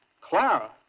Clara